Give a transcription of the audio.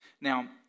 Now